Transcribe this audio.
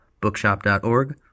bookshop.org